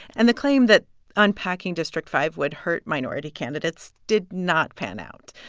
and the claim that unpacking district five would hurt minority candidates did not pan out.